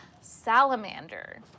Salamander